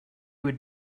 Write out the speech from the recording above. would